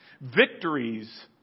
Victories